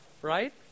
right